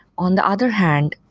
on the other hand,